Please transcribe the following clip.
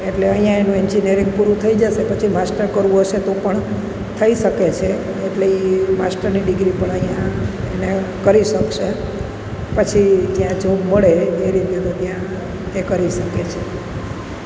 એટલે અહીંયાં એનું એન્જિન્યરિંગ પૂરું થઈ જશે પછી માસ્ટર કરવું હશે તો પણ થઈ શકે છે એટલે એ માસ્ટરની ડિગ્રી પણ અહીંયાં એને કરી શકશે પછી ત્યાં જોબ મળે એ રીતે તો ત્યાં એ કરી શકે છે